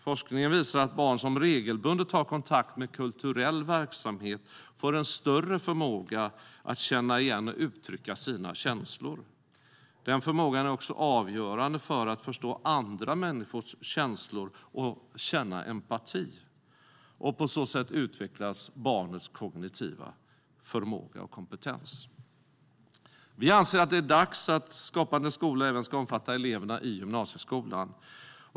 Forskningen visar att barn som regelbundet har kontakt med kulturell verksamhet får en större förmåga att känna igen och uttrycka sina känslor. Den förmågan är avgörande för att förstå andra människors känslor och känna empati. På så sätt utvecklas barnets kognitiva förmåga och kompetens. Vi anser att det är dags för Skapande skola att även omfatta eleverna i gymnasieskolan.